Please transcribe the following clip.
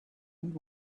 and